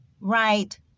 right